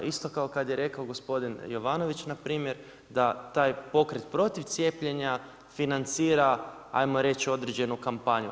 Isto kao kad je rekao gospodin Jovanović na primjer da taj pokret protiv cijepljenja financira hajmo reći određenu kampanju.